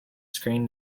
screen